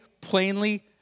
plainly